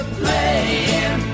playing